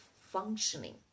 functioning